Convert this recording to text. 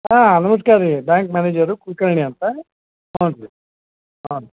ಹಾಂ ನಮಸ್ಕಾರ ರೀ ಬ್ಯಾಂಕ್ ಮ್ಯಾನೇಜರು ಕುಲ್ಕರ್ಣಿ ಅಂತ ಹ್ಞೂ ರಿ ಹಾಂ